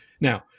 now